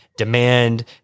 demand